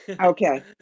Okay